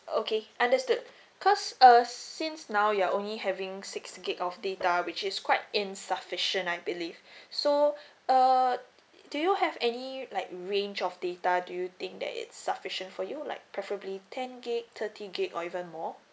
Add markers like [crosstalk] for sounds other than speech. okay understood cause uh seems now you're only having six G_B of data which is quite insufficient I believe [breath] so uh do you have any like range of data do you think that it's sufficient for you like preferably ten G_B thirty G_B or even more